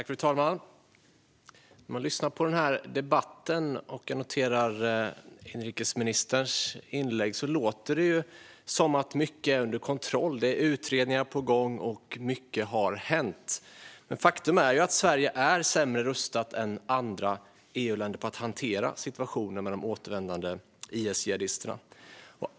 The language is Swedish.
Fru talman! För den som lyssnar på denna debatt och noterar inrikesministerns inlägg låter det som att mycket är under kontroll. Det är utredningar på gång, och mycket har hänt. Men faktum är att Sverige är sämre rustat än andra EU-länder för att hantera situationen med de återvändande IS-jihadisterna.